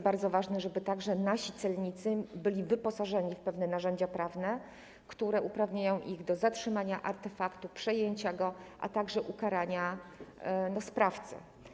Bardzo ważne jest to, żeby także nasi celnicy byli wyposażeni w pewne narzędzia prawne, które uprawniają ich do zatrzymania artefaktu, przejęcia go, a także ukarania sprawcy.